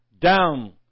down